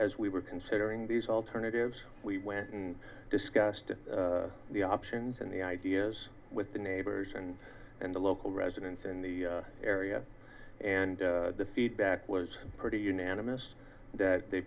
as we were considering these alternatives we went and discussed the options and the ideas with the neighbors and and the local residents in the area and the feedback was pretty unanimous that they